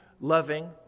loving